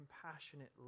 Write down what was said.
compassionate